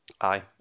Aye